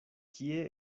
kie